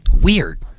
Weird